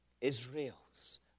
Israel's